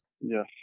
Yes